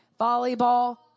Volleyball